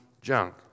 junk